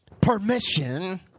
permission